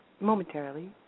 momentarily